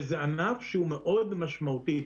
זה ענף שהוא מאוד משמעותי.